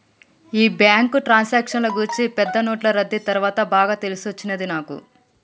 ఈ బ్యాంకు ట్రాన్సాక్షన్ల గూర్చి పెద్ద నోట్లు రద్దీ తర్వాత బాగా తెలిసొచ్చినది నాకు